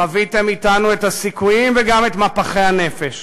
חוויתם אתנו את הסיכויים וגם את מפחי הנפש.